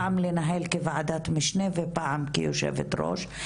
פעם לנהל כוועדת משנה ופעם כיושבת ראש,